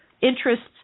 interests